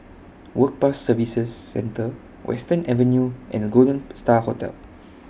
Work Pass Services Centre Western Avenue and Golden STAR Hotel